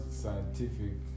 scientific